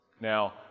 Now